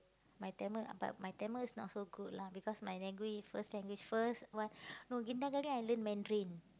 my Tamil but my Tamil is not so good lah because my language first language first what no kindergaten I learn Mandarin